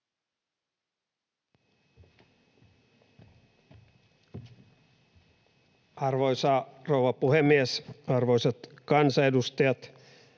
Arvoisa herra puhemies! Arvoisat kansanedustajat!